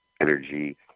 energy